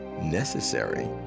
necessary